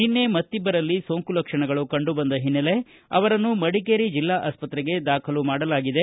ನಿನ್ನೆ ಮತ್ತಿಬ್ಬರಲ್ಲಿ ಸೋಂಕು ಲಕ್ಷಣಗಳು ಕಂಡು ಬಂದ ಹಿನ್ನೆಲೆ ಅವರನ್ನು ಮಡಿಕೇರಿ ಜಿಲ್ಲಾ ಆಸ್ಪತ್ತೆಗೆ ದಾಖಲು ಮಾಡಲಾಗಿದೆ